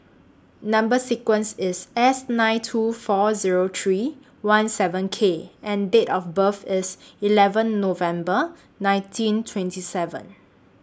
Number sequence IS S nine two four Zero three one seven K and Date of birth IS eleven November nineteen twenty seven